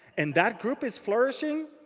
and that group is flourishing.